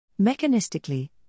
Mechanistically